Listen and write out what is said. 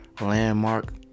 Landmark